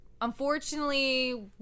Unfortunately